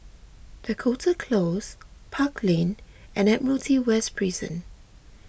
Dakota Close Park Lane and Admiralty West Prison